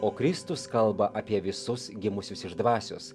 o kristus kalba apie visus gimusius iš dvasios